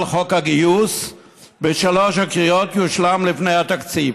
על חוק הגיוס בשלוש הקריאות תושלם לפני התקציב.